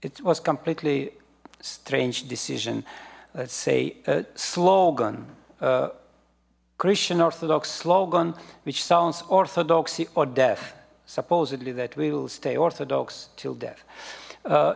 it was completely strange decision let's say slogan christian orthodox slogan which sounds orthodoxy or death supposedly that we will stay orthodox till death